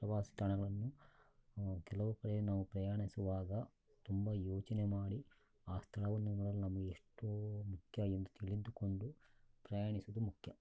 ಪ್ರವಾಸಿ ತಾಣಗಳನ್ನು ಕೆಲವು ಕಡೆ ನಾವು ಪ್ರಯಾಣಿಸುವಾಗ ತುಂಬ ಯೋಚನೆ ಮಾಡಿ ಆ ಸ್ಥಳವನ್ನು ನೋಡಲು ನಮಗೆ ಎಷ್ಟು ಮುಖ್ಯ ಎಂದು ತಿಳಿದುಕೊಂಡು ಪ್ರಯಾಣಿಸುವುದು ಮುಖ್ಯ